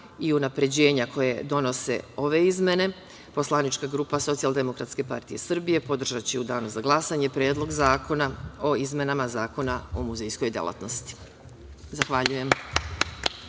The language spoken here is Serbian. i unapređenja koje donose ove izmene, poslanička grupa SDPS podržaće u danu za glasanje Predlog zakona o izmenama Zakona o muzejskoj delatnosti. Zahvaljujem.